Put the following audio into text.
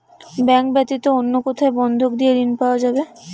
Bank ব্যাতীত অন্য কোথায় বন্ধক দিয়ে ঋন পাওয়া যাবে?